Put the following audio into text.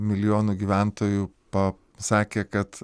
milijonų gyventojų pa sakė kad